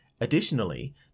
Additionally